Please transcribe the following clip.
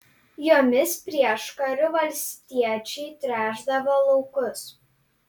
jomis prieškariu valstiečiai tręšdavo laukus